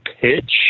pitch